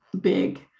big